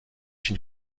une